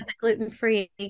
gluten-free